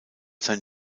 sein